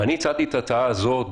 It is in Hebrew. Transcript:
הצעתי את ההצעה הזאת,